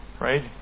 right